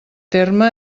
terme